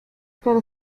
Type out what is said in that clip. para